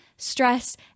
stress